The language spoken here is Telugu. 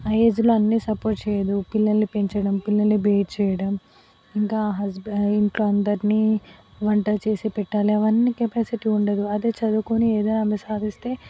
ఆ ఏజ్లో అన్నీ సపోర్ట్ చెయ్యదు పిల్లల్నిపెంచడం పిల్లల్ని బేర్ చెయ్యడం ఇంకా హస్బ ఇంట్లో అందరినీ వంట చేసి పెట్టాలి అవన్నీ కెపాసిటీ ఉండదు అదే చదువుకొని ఏదో ఆమె అమ్మాయి సాధిస్తే